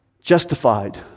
justified